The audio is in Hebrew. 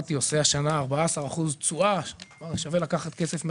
אמרתי שהוא עושה השנה 14% תשואה שווה לקחת כסף מהבנק,